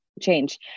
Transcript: change